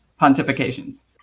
pontifications